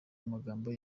amagambo